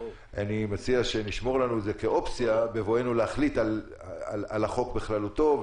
אני מציע שנשמור לנו את זה כאופציה בבואנו להחליט על החוק בכללותו.